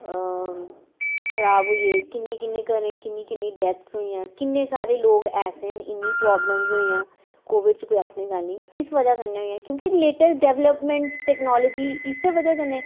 खराब होइये कि'न्ने कि'न्ने घरें कि'न्नी कि'न्नी डेथ्स होइयां कि'न्ने सारे लोग ऐसे न इ'न्नी प्रॉब्लमस होइयां कोविड च कोई आखने दी गल्ल निं किस बजह् कन्नै होइयां क्योंकि लेटेस्ट डेवलपमेंट टेक्नोलॉजी इस्से बजह् कन्नै